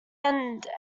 end